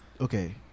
okay